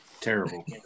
Terrible